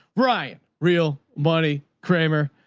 right? real money kramer.